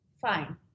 fine